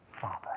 Father